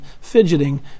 fidgeting